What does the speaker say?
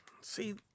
see